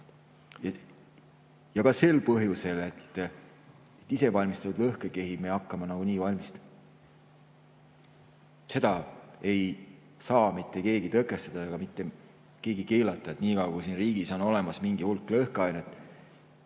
Ka sel põhjusel, et isevalmistatud lõhkekehi me hakkame nagunii valmistama. Seda ei saa mitte keegi tõkestada ega mitte keegi keelata. Niikaua kui siin riigis on olemas mingi hulk lõhkeainet,